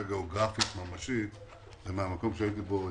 גיאוגרפית ממשית זה המקום שהייתי בו אתמול,